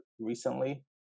recently